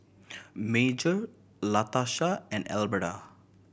Major Latasha and Alberta